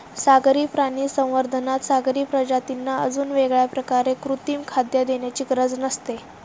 सागरी प्राणी संवर्धनात सागरी प्रजातींना अजून वेगळ्या प्रकारे कृत्रिम खाद्य देण्याची गरज नसते